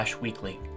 weekly